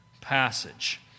passage